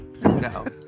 no